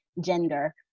gender